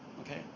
okay